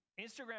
Instagram